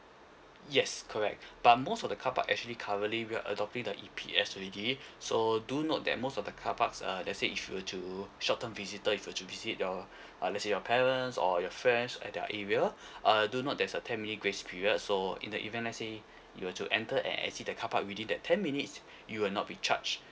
yes correct but most of the car park actually currently we're adopting the E_P_S already so do note that most of the car parks uh let say if you were to shorten visitor if you were to visit your uh let say your parents or your friends at their area uh do note there's a ten minute grace period so in the event let say you were to enter and see the car park within that ten minutes you will not be charge